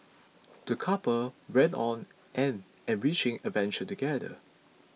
the couple went on an enriching adventure together